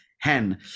Hen